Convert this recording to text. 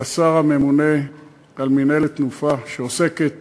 כשר הממונה על מינהלת "תנופה", שעוסקת